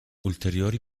ulteriori